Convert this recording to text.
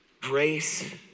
Grace